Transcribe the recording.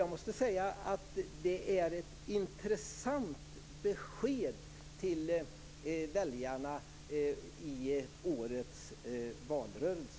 Jag måste säga att det är ett intressant besked till väljarna i årets valrörelse.